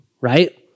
right